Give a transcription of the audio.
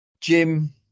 Jim